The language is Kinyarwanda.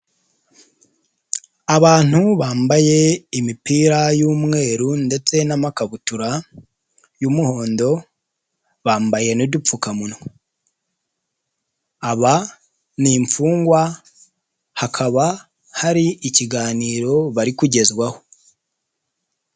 Abantu bambaye imipira y'umweru ndetse n'amakabutura y'umuhondo, bambaye n'udupfukamunwa, aba ni imfungwa, hakaba hari ikiganiro bari kugezwaho.